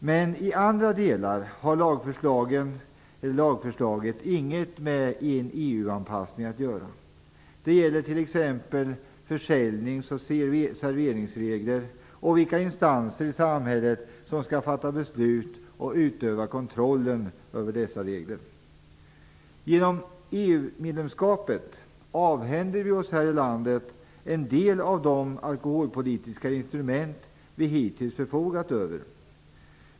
Men i andra delar har lagförslaget inget med en EU-anpassning att göra. Det gäller t.ex. försäljningsoch serveringsregler och vilka instanser i samhället som skall fatta beslut och utöva kontroll över dessa regler. Genom EU-medlemskapet avhänder vi oss här i landet en del av de alkoholpolitiska instrument som vi hittills förfogat över.